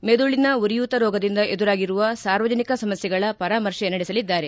ಮೆದುಳಿನ ಉರಿಯೂತ ರೋಗದಿಂದ ಎದುರಾಗಿರುವ ಸಾರ್ವಜನಿಕ ಸಮಸ್ನೆಗಳ ಪರಾಮರ್ಶೆ ನಡೆಸಲಿದ್ದಾರೆ